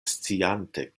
sciante